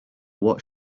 what